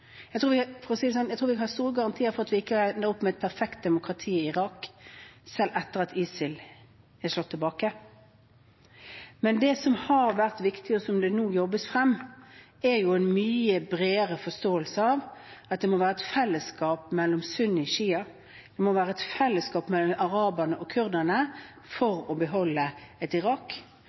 selv etter at ISIL er slått tilbake. Men det som har vært viktig, og som nå jobbes frem, er en mye bredere forståelse av at det må være et fellesskap mellom sunni og sjia, det må være et fellesskap mellom araberne og kurderne for å beholde et Irak.